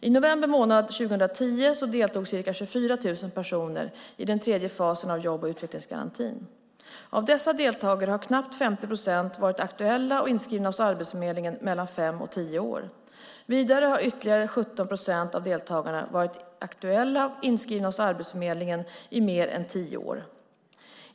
I november månad 2010 deltog ca 24 000 personer i den tredje fasen av jobb och utvecklingsgarantin. Av dessa deltagare har knappt 50 procent varit aktuella och inskrivna hos Arbetsförmedlingen mellan fem och tio år. Vidare har ytterligare 17 procent av deltagarna varit aktuella och inskrivna hos Arbetsförmedlingen i mer än tio år.